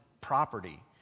property